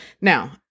Now